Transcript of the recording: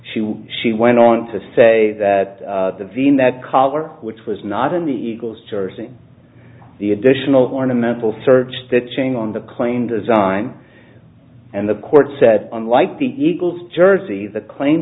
she went on to say that the vien that color which was not in the eagles jersey the additional ornamental search that chain on the claim design and the court said unlike the eagles jersey the claim